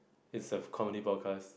it's a comedy podcast